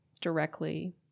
directly